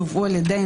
שהובאו על ידינו,